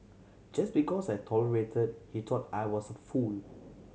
just because I tolerated he thought I was fool